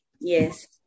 Yes